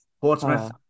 Portsmouth